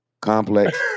complex